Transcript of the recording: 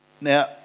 Now